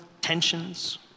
tensions